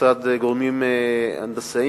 מצד גורמים הנדסיים,